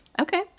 okay